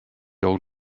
old